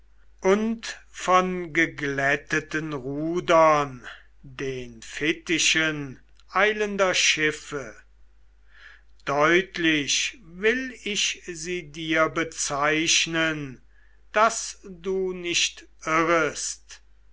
und von geglätteten rudern den fittichen eilender schiffe deutlich will ich sie dir bezeichnen daß du nicht irrest